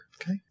okay